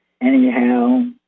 Anyhow